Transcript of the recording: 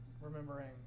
remembering